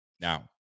Now